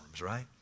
right